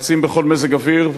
רצים בכל מזג אוויר,